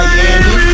Miami